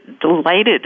delighted